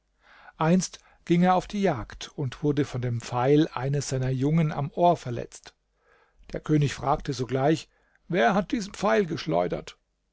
einst ging er auf die jagd und wurde von dem pfeil eines seiner jungen am ohr verletzt der könig fragte sogleich wer hat diesen pfeil geschleudert